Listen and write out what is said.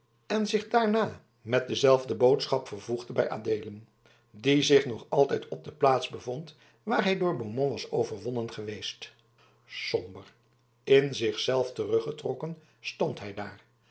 en zich daarna met dezelfde boodschap vervoegde bij adeelen die zich nog altijd op de plaats bevond waar hij door beaumont was overwonnen geweest somber in zich zelf teruggetrokken stond hij daar